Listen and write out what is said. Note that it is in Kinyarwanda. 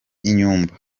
inyumba